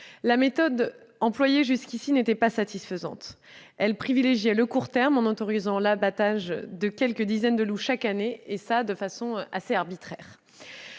La méthode employée jusqu'ici n'était pas satisfaisante. Elle privilégiait le court terme, en autorisant l'abattage de quelques dizaines de loups chaque année de manière assez arbitraire.